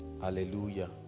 Hallelujah